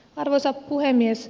arvoisa puhemies